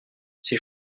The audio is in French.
ces